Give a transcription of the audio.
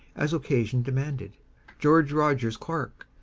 as occasion demanded george rogers clark,